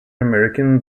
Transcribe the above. american